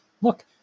Look